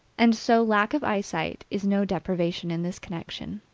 and so lack of eyesight is no deprivation in this connection.